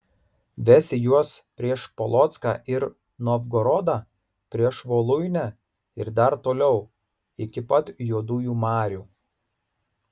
vesi juos prieš polocką ir novgorodą prieš voluinę ir dar toliau iki pat juodųjų marių